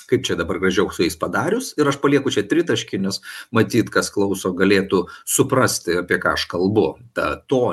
kaip čia dabar gražiau su jais padarius ir aš palieku čia tritaškį nes matyt kas klauso galėtų suprasti apie ką aš kalbu tą to